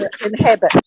Inhabit